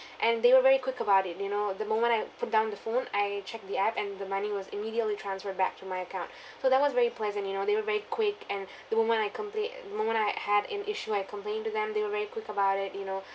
and they were very quick about it you know the moment I put down the phone I check the app and the money was immediately transferred back to my account so that was very pleasant you know they were very quick and the moment I complai~ the moment I had an issue I complained to them they were very quick about it you know